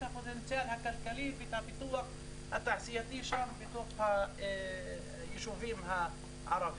הפוטנציאל הכלכלי ואת הפיתוח התעשייתי ביישובים הערבים.